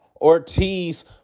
Ortiz